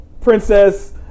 princess